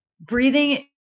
breathing